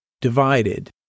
divided